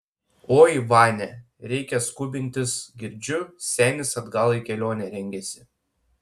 oi vania reikia skubintis girdžiu senis atgal į kelionę rengiasi